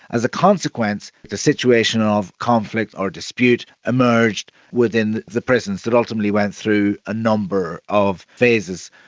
as a consequence, the situation of conflict or dispute emerged within the prisons that ultimately went through a number of phases.